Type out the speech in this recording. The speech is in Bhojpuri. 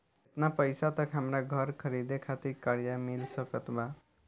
केतना पईसा तक हमरा घर खरीदे खातिर कर्जा मिल सकत बा?